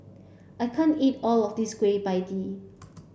I can't eat all of this Kueh Pie Tee